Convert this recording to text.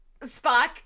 Spock